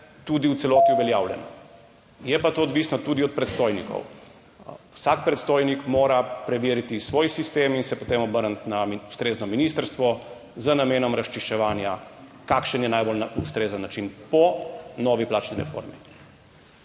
tudi v celoti uveljavljen. Je pa to odvisno tudi od predstojnikov. Vsak predstojnik mora preveriti svoj sistem in se potem obrniti na ustrezno ministrstvo z namenom razčiščevanja, kakšen je najbolj ustrezen način po novi plačni reformi.